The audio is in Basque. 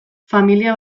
familia